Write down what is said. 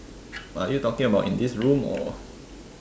are you talking about in this room or